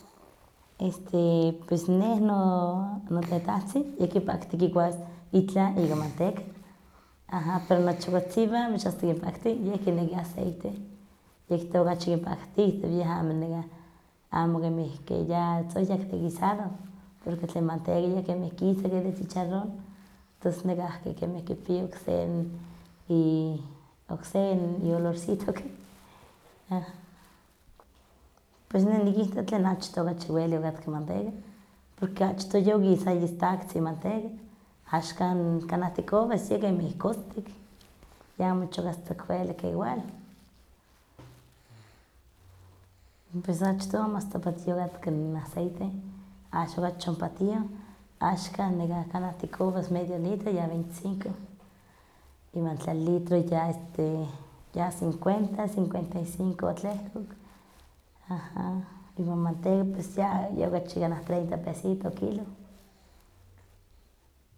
Este pues neh no notetahtzin yeh kipaktia kikuas itlah ika manteca, aha pero nochokotzitziwan mach asta kinpakti, yeh kinekih aceite, yeh kihtowa okachi kinpakti, amo kemih nekah amo kemih ke ya tzohyak de guisado, porque tlen manteka kemih kisa ke de chicharrón, tos nekahki kemih kipi sen i okse iolorcito ke, aha. Pues neh nikitowa tlen achtoh welik okatka manteca, porque achtoh ye okisaya istaktzin manteca, axkan kanah tikowas yeh kemih kostik, ya mach asta ok welik igual, pues achtoh amo asta patioh okatka n aceite, axan ye okachi patioh, axkan kanah tikowas meido litro ya veinticinco, iwan tlen litro ya cincuenta o cincuenta y cinco, yotehkok, aha iwan manteca pues ya ye okachi kanah treinta pecito n kiloh.